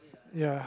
ya